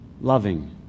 loving